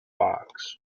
box